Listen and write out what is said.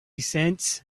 cents